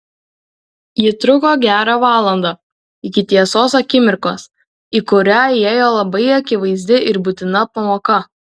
ji truko gerą valandą iki tiesos akimirkos į kurią įėjo labai akivaizdi ir būtina pamoka